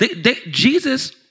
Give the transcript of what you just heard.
Jesus